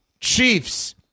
Chiefs